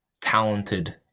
talented